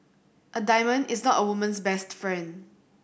a diamond is not a woman's best friend